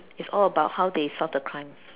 it's all about how they solve the crime